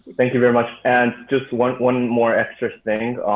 thank you very much. and just like one more extra thing.